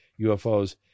UFOs